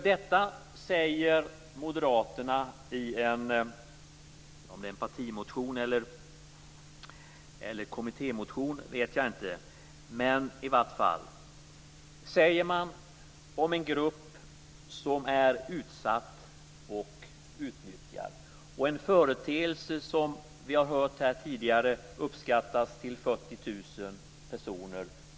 Detta säger Moderaterna i en kommittémotion i fråga om en grupp som är utsatt och utnyttjad och om en företeelse som uppskattas beröra 40 000 personer per år, såsom vi tidigare har hört här.